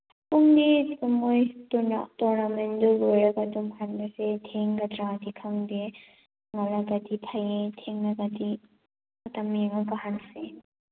ꯄꯨꯡꯗꯤ ꯑꯗꯨꯝ ꯃꯣꯏ ꯇꯣꯔꯅꯥꯃꯦꯟꯗꯨ ꯂꯣꯏꯔꯒ ꯑꯗꯨꯝ ꯍꯜꯂꯁꯦ ꯊꯦꯡꯒꯗ꯭ꯔꯗꯤ ꯈꯪꯗꯦ ꯉꯜꯂꯒꯗꯤ ꯐꯩ ꯊꯦꯡꯉꯒꯗꯤ ꯃꯇꯝ ꯌꯦꯡꯉꯒ ꯍꯜꯂꯁꯤ